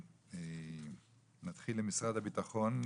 נתחיל עם משרד הביטחון,